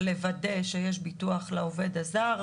לוודא שיש ביטוח לעובד הזר,